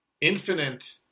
infinite